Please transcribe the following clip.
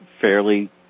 fairly